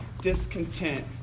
discontent